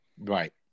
Right